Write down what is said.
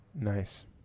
Nice